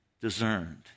discerned